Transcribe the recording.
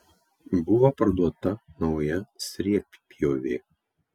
buvo parduota nauja sriegpjovė